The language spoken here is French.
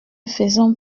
faisons